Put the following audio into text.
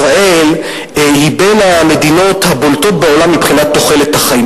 ישראל היא בין המדינות הבולטות בעולם מבחינת תוחלת החיים.